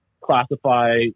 classify